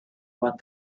what